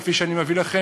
כפי שאני מביא לכם,